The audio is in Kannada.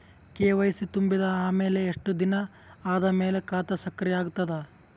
ಕೆ.ವೈ.ಸಿ ತುಂಬಿದ ಅಮೆಲ ಎಷ್ಟ ದಿನ ಆದ ಮೇಲ ಖಾತಾ ಸಕ್ರಿಯ ಅಗತದ?